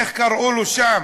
איך קראו לו שם?